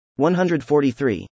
143